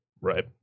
Right